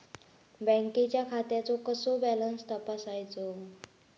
बँकेच्या खात्याचो कसो बॅलन्स तपासायचो?